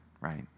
right